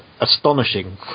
astonishing